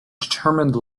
determined